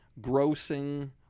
Grossing